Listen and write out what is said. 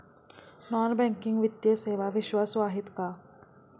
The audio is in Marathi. नॉन बँकिंग वित्तीय सेवा विश्वासू आहेत का?